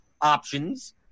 options